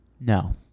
No